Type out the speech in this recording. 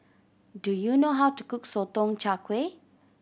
do you know how to cook Sotong Char Kway